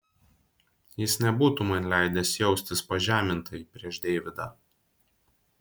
jis nebūtų man leidęs jaustis pažemintai prieš deividą